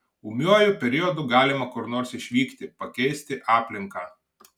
ūmiuoju periodu galima kur nors išvykti pakeisti aplinką